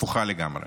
הפוכה לגמרי.